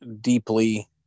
deeply